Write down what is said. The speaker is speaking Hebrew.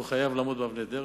הוא חייב לעמוד באבני הדרך,